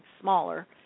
smaller